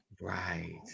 Right